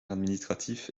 administratif